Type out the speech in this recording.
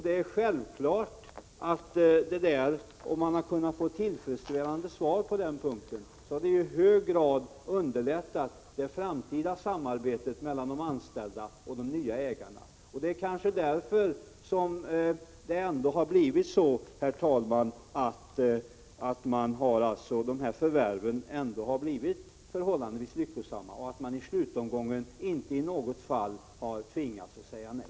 Det är självklart att det, om man har kunnat få tillfredsställande svar på den punkten, i hög grad har underlättat det framtida samarbetet mellan de anställda och de nya ägarna. Det kanske är därför, herr talman, som de här förvärven ändå har blivit förhållandevis lyckosamma och att man i slutomgången inte i något fall har tvingats att säga nej.